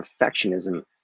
perfectionism